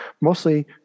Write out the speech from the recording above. Mostly